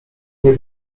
nie